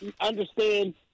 understand